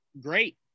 great